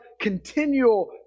continual